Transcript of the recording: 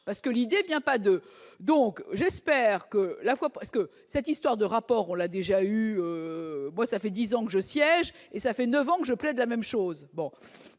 parce que l'idée tient pas de donc j'espère que la foi parce que cette histoire de rapport, on l'a déjà eu, moi ça fait 10 ans que je siège et ça fait 9 ans que je plaide la même chose bon,